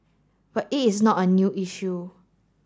but it is not a new issue